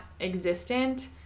existent